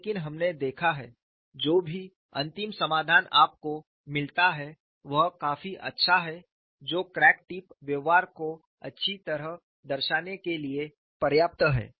लेकिन हमने देखा है जो भी अंतिम समाधान आपको मिलता है वह काफी अच्छा है जो क्रैक टिप व्यवहार का अच्छी तरह दर्शाने के लिए पर्याप्त है